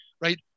right